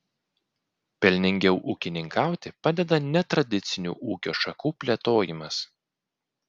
pelningiau ūkininkauti padeda netradicinių ūkio šakų plėtojimas